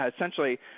essentially